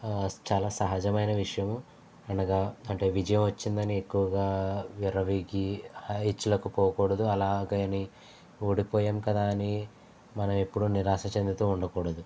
చాలా సహజమైన విషయము అనగా అంటే విజయం వచ్చిందని ఎక్కువగా విర్రవీగి హై హెచ్చులకు పోకూడదు అలాగని ఓడిపోయాం కదా అని మనం ఎప్పుడూ నిరాశ చెందుతూ ఉండకూడదు